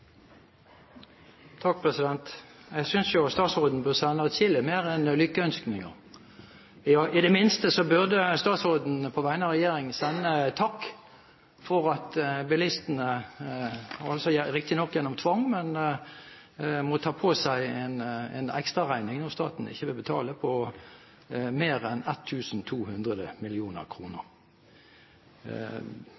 takk for at bilistene – riktignok gjennom tvang – må ta på seg en ekstraregning når staten ikke vil betale, på mer enn